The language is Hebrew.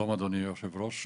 שלום אדוני היושב ראש.